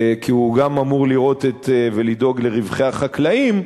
כי הוא אמור לראות ולדאוג לרווחי החקלאים,